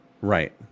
Right